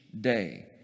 day